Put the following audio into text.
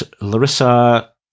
Larissa